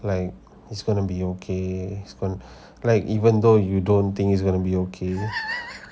like it's gonna be okay is gonna like even though you don't think it's gonna be okay